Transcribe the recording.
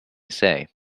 say